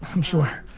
i'm sure.